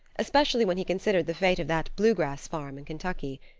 especially when he considered the fate of that blue-grass farm in kentucky.